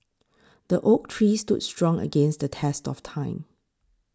the oak tree stood strong against the test of time